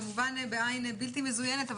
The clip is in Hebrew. כמובן בעין בלתי מזוינת,